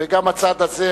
גם הצד הזה,